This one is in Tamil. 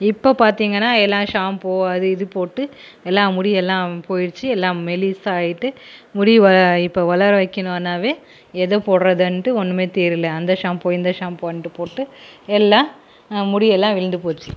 இப்போ பார்த்தீங்கன்னா எல்லாம் ஷாம்பு அது இது போட்டு எல்லா முடியும் எல்லாம் போய்டிச்சு எல்லாம் மெலிசாக ஆகிட்டு முடி வ இப்போ வளர வைக்கிணும்னாவே எதை போட்டுறதுன்ட்டு ஒன்றுமே தெரில அந்த ஷாம்பு இந்த ஷாம்பு வந்துட்டு போட்டு எல்லாம் முடி எல்லாம் விழுந்து போச்சு